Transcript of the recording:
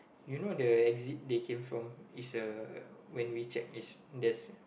you know the exit they came from is a when we check is there's